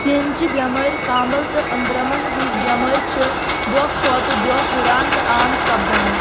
سِیٖنچہِ بٮ۪مٲرۍ کامبل تہٕ أنٛدرمَن ہٕنٛز بٮ۪مٲرۍ چھِ دۄہ کھۄتہٕ دۄہ ہُران تہٕ عام سپدان